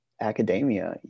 academia